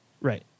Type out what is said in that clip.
right